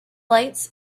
lights